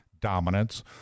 dominance